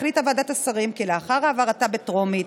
החליטה ועדת השרים כי לאחר העברה בטרומית,